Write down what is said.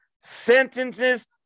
sentences